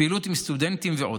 יש פעילות עם סטודנטים ועוד.